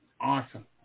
Awesome